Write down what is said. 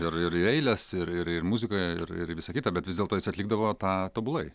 ir ir eiles ir ir muzika ir ir visa kita bet vis dėlto jis atlikdavo tą tobulai